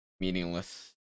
meaningless